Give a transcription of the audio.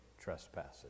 trespasses